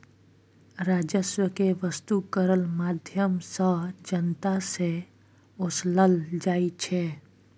राजस्व केँ बस्तु करक माध्यमसँ जनता सँ ओसलल जाइ छै